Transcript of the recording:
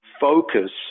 focus